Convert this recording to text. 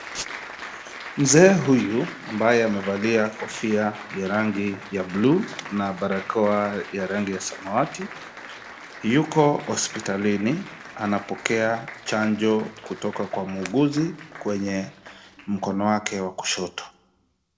Mzee huyu ambaye amevalia kofia ya rangi ya blue na barakoa ya rangi ya samawati yuko hospitalini, anapokea chanjo kutoka kwa muuguzi kwenye mkono wake wa kushoto.